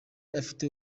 afite